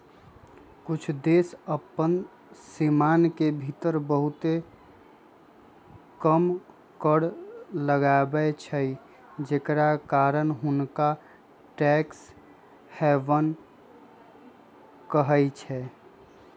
कुछ देश अप्पन सीमान के भीतर बहुते कम कर लगाबै छइ जेकरा कारण हुंनका टैक्स हैवन कहइ छै